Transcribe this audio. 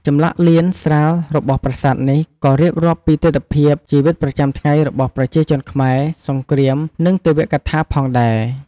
ចម្លាក់លៀនស្រាលរបស់ប្រាសាទនេះក៏រៀបរាប់ពីទិដ្ឋភាពជីវិតប្រចាំថ្ងៃរបស់ប្រជាជនខ្មែរ សង្គ្រាម និងទេវកថាផងដែរ។